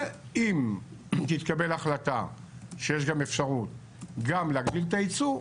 ואם תתקבל החלטה שיש אפשרות גם להגדיל את הייצוא,